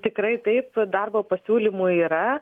tikrai taip darbo pasiūlymų yra